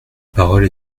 parole